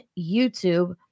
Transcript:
YouTube